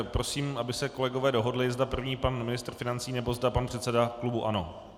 Prosím, aby se kolegové dohodli, zda první pan ministr financí, nebo zda pan předseda klubu ANO.